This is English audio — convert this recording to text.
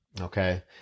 Okay